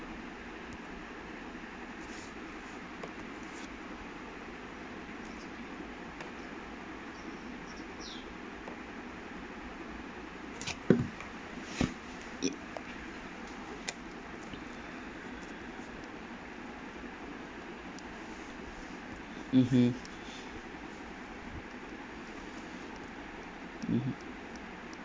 mmhmm mmhmm